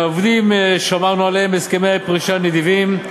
העובדים, שמרנו עליהם בהסכמי פרישה נדיבים.